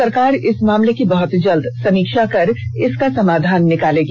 सरकार इस मामले की बहुत जल्द समीक्षा कर इसका सामाधान करेगी